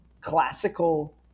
classical